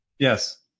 Yes